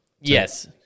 Yes